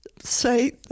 say